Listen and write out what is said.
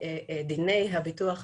דיני הביטוח הלאומי,